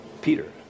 Peter